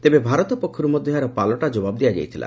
ତେବେ ଭାରତ ପକ୍ଷରୁ ମଧ୍ୟ ଏହାର ପାଲଟା ଜବାବ ଦିଆଯାଇଥିଲା